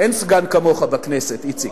אין סגן כמוך בכנסת, איציק,